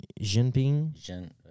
Jinping